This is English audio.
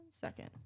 second